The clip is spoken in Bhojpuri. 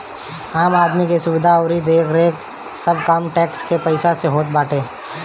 आम आदमी के सुविधा अउरी देखरेख के सब काम टेक्स के पईसा से होत बाटे